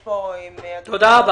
תודה.